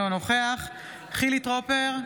אינו נוכח חילי טרופר,